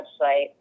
website